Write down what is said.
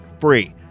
free